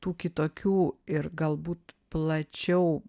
tų kitokių ir galbūt plačiau